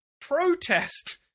protest